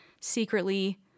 secretly